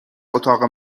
اتاق